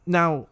now